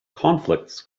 conflicts